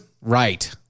right